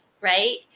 right